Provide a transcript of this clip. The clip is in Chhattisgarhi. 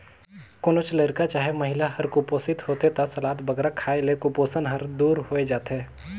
कोनोच लरिका चहे महिला हर कुपोसित होथे ता सलाद बगरा खाए ले कुपोसन हर दूर होए जाथे